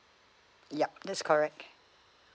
yup that's correct